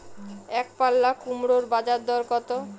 একপাল্লা কুমড়োর বাজার দর কত?